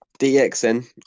DxN